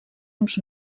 uns